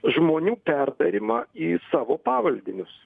žmonių perdarymą į savo pavaldinius